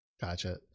Gotcha